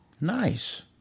Nice